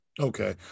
okay